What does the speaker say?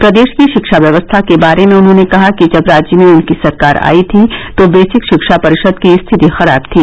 प्रदेश की शिक्षा व्यवस्था के बारे में उन्होंने कहा कि जब राज्य में उनकी सरकार आयी थी तो बेसिक शिक्षा परिषद की स्थिति खराब थी